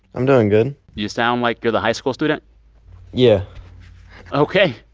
i'm doing good you sound like you're the high school student yeah ok.